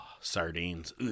Sardines